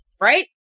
right